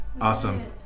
awesome